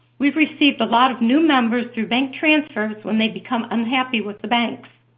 we've received a lot of new members through bank transfers when they become unhappy with the banks.